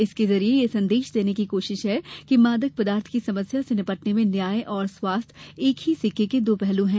इसके जरिए यह संदेश देने की कोशिश है कि मादक पदार्थ की समस्या से निपटने में न्याय और स्वास्थ्य एक ही सिक्के के दो पहलू हैं